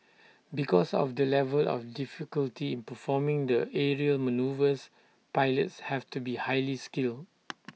because of the level of difficulty in performing the aerial manoeuvres pilots have to be highly skilled